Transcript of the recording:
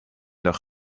dag